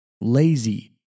lazy